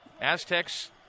Aztecs